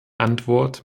antwort